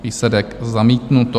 Výsledek: zamítnuto.